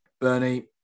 Bernie